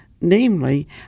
namely